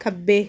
ਖੱਬੇ